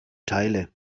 teile